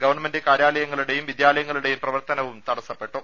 government കാര്യാലയങ്ങളുടെയും വിദ്യാലയങ്ങളുടെയും പ്രവർത്തനവും തടസ്സപ്പെട്ടു